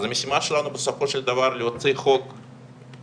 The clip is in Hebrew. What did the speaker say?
אז המשימה שלנו בסופו של דבר היא להוציא חוק טוב,